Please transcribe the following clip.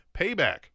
Payback